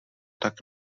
tak